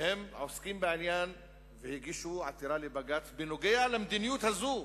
שהם עוסקים בעניין והגישו עתירה לבג"ץ בנוגע למדיניות הזו,